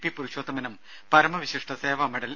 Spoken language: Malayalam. പി പുരുഷോത്തമനും പരമ വിശിഷ്ട സേവാ മെഡൽ